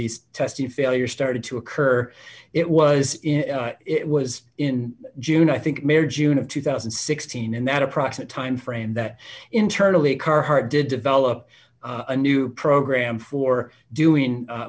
these testing failures started to occur it was in it was in june i think may or june of two thousand and sixteen in that approximate time frame that internally carhart did develop a new program for doing